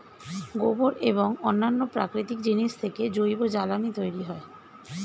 গোবর এবং অন্যান্য প্রাকৃতিক জিনিস থেকে জৈব জ্বালানি তৈরি হয়